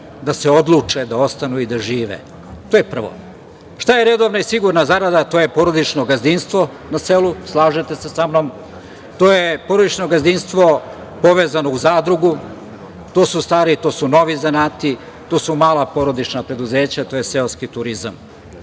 da se odluče da ostanu i da žive. To je prvo. Šta je redovna i sigurna zarada? To je porodično gazdinstvo na selu, slažete se sa mnom. To je porodično gazdinstvo povezano u zadrugu. To su stari, to su novi zanati. To su mala porodična preduzeća, to je seoski turizam.